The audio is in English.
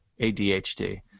ADHD